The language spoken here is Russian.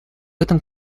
этом